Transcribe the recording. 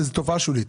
זו תופעה שולית.